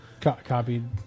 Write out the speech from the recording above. copied